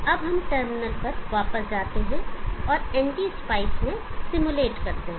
अब हम टर्मिनल पर वापस जाते हैं और ngspice में सिमुलेट करते हैं